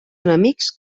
enemics